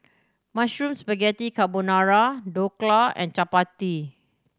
Mushroom Spaghetti Carbonara Dhokla and Chapati